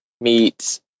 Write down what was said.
meets